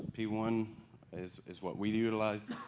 p one is is what we utilize.